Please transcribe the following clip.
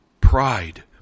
Pride